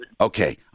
Okay